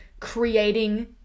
creating